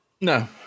No